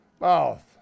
mouth